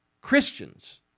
Christians